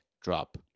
drop